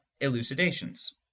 elucidations